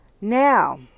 now